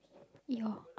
yeah